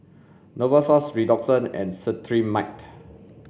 Novosource Redoxon and Cetrimide